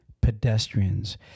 pedestrians